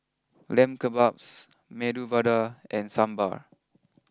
Lamb Kebabs Medu Vada and Sambar